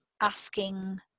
asking